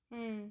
mm